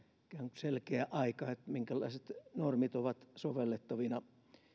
selkeä aika että minkälaiset normit ovat sovellettavina